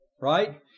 Right